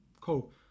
cool